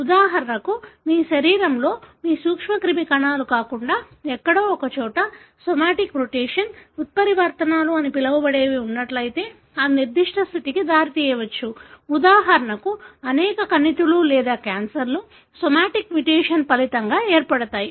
ఉదాహరణకు మీ శరీరంలో మీ సూక్ష్మక్రిమి కణాలు కాకుండా ఎక్కడో ఒక చోట సోమాటిక్ మ్యుటేషన్ ఉత్పరివర్తనలు అని పిలవబడేవి ఉన్నట్లయితే అది నిర్దిష్ట స్థితికి దారి తీయవచ్చు ఉదాహరణకు అనేక కణితులు లేదా క్యాన్సర్లు సోమాటిక్ మ్యుటేషన్ ఫలితంగా ఏర్పడతాయి